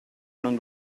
non